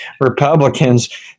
republicans